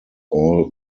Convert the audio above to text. all